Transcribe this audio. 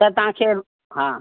त तव्हांखे हा